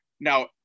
Now